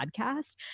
podcast